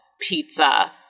pizza